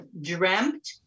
dreamt